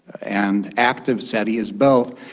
and active seti is both,